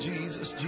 Jesus